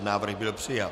Návrh byl přijat.